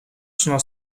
sono